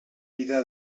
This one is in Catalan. vida